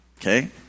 okay